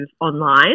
online